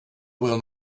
will